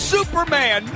Superman